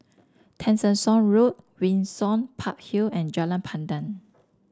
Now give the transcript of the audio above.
Tessensohn Road Windsor Park Hill and Jalan Pandan